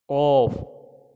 off